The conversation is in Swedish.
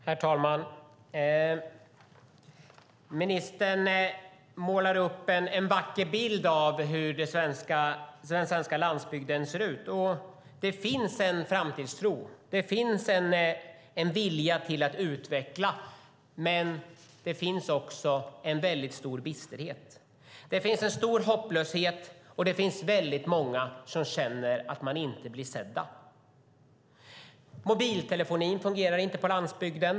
Herr talman! Ministern målar upp en vacker bild av hur den svenska landsbygden ser ut. Det finns en framtidstro, och det finns en vilja att utveckla. Men det finns också en väldigt stor bisterhet. Det finns en stor hopplöshet, och det är många som känner att de inte blir sedda. Mobiltelefonin fungerar inte på landsbygden.